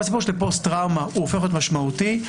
כל הסיפור של פוסט טראומה הופך להיות משמעותי.